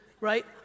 right